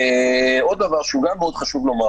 עוד דבר שגם מאוד חשוב לומר,